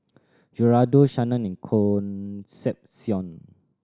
Gerardo Shanna and Concepcion